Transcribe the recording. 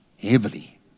heavily